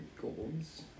golds